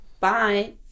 Bye